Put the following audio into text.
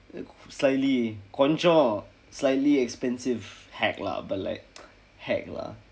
slightly கொஞ்சம்:konjsam slightly expensive hack lah but like hack lah